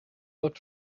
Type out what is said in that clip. looked